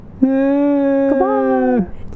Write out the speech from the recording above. Goodbye